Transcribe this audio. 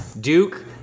Duke